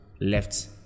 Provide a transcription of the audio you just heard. left